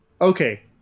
Okay